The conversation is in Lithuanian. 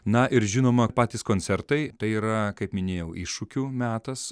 na ir žinoma patys koncertai tai yra kaip minėjau iššūkių metas